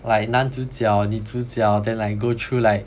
like 男主角女主角 then like go through like